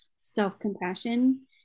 self-compassion